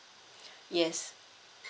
yes